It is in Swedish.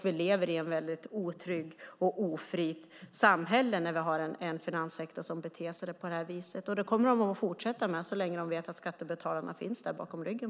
Vi lever i ett otryggt och ofritt samhälle när vi har en finanssektor som beter sig på det här viset. Det kommer den att fortsätta med så länge man vet att man har skattebetalarna bakom ryggen.